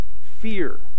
fear